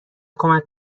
کمک